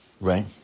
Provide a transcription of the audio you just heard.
Right